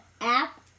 app